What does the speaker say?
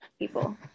People